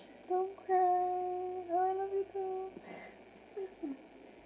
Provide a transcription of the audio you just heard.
don't cry I love you too